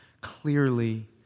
clearly